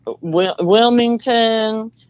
Wilmington